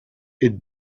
est